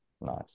Nice